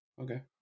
Okay